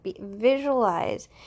Visualize